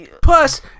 Plus